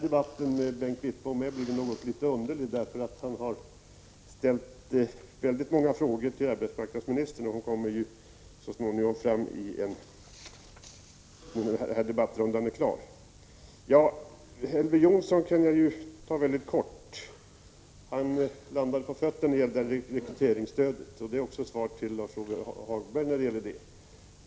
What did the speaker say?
Debatten med Bengt Wittbom har blivit litet underlig, eftersom han ställde väldigt många frågor till arbetsmarknadsministern, som ju kommer upp först sedan den här debattrundan är klar. Om Elver Jonssons inlägg kan jag fatta mig kort. Han landar på fötter när det gäller rekryteringsstödet. Det är också mitt svar till Lars-Ove Hagberg i den delen.